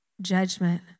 judgment